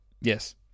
Yes